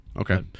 Okay